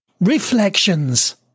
Reflections